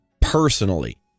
personally